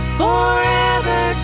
forever